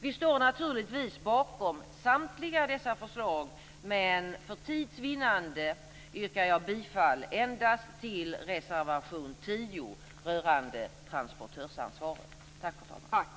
Vi står naturligtvis bakom samtliga dessa förslag, men för tids vinnande yrkar jag bifall endast till reservation 10 rörande transportörsansvaret.